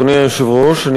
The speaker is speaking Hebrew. אדוני היושב-ראש,